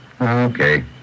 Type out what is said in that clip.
Okay